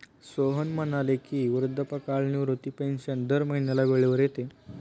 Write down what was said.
सोहन म्हणाले की, वृद्धापकाळ निवृत्ती पेन्शन दर महिन्याला वेळेवर येते